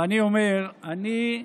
ואני אומר: אני,